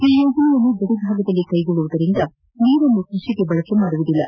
ಈ ಯೋಜನೆಯನ್ನು ಗಡಿ ಭಾಗದಲ್ಲಿ ಕೈಗೊಳ್ಳುವುದರಿಂದ ನೀರನ್ನು ಕೃಷಿಗೆ ಬಳಕೆ ಮಾಡುವುದಿಲ್ಲ